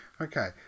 Okay